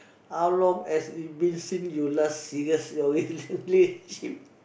how long has it been since you last serious your relationship